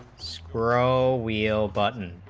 parole wheel button